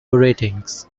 ratings